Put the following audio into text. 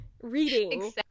reading